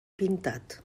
pintat